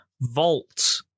Vault